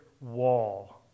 wall